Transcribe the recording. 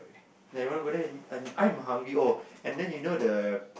ya you want go there and eat I'm hungry oh and then you know the